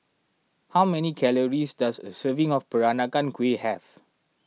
how many calories does a serving of Peranakan Kueh have